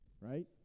right